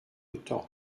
autant